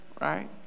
right